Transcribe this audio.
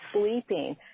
sleeping